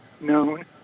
known